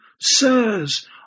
Sirs